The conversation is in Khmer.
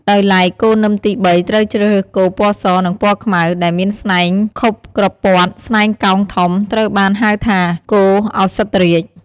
ដោយឡែកគោនឹមទី៣ ត្រូវជ្រើសរើសគោ ពណ៌ស និង ពណ៌ខ្មៅ ដែលមានស្នែងខុបក្រព័ត ស្នែងកោងធំ ត្រូវបានហៅថា គោឧសភរាជ។